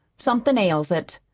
somethin' ails it.